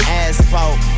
asphalt